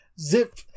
zip